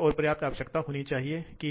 तो यह पता चला है कि स्थिर हेड के साथ यह है यह है यह थ्रॉटलिंग विधि है इसलिए और यह चर गति ड्राइव विधि है जिसमें कोई सिर ठीक नहीं है यह तीस एक प्रतिशत सिर के लिए है यह साठ है तीन प्रतिशत इसलिए जैसे ही सिर बढ़ता है ऊर्जा की बचत वास्तव में कम हो जाती है और थ्रॉटलिंग विधि की ओर